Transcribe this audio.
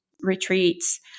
retreats